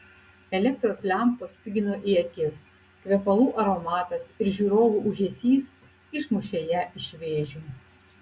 elektros lempos spigino į akis kvepalų aromatas ir žiūrovų ūžesys išmušė ją iš vėžių